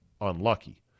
unlucky